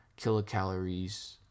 kilocalories